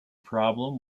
problem